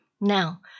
Now